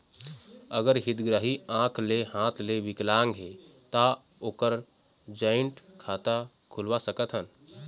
अगर हितग्राही आंख ले हाथ ले विकलांग हे ता ओकर जॉइंट खाता खुलवा सकथन?